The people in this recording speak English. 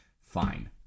Fine